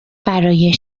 برای